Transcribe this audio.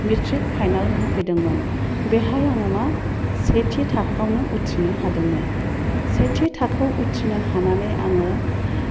matric final होफैदोंमोन बेहाय आङो मा सेथि थाखोयावनो उथ्रिनो हादोंमोन सेथि थाखोयाव उथ्रिनो हानानै आङो